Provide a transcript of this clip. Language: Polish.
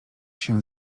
się